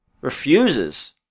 refuses